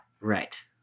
Right